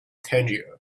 tangier